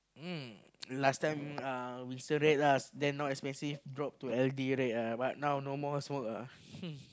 um last time uh Wilson-red lah then now expensive drop to L_D-red ah but now no more smoke ah